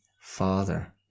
father